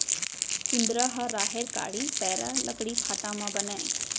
कुंदरा ह राहेर कांड़ी, पैरा, लकड़ी फाटा म बनय